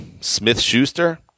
Smith-Schuster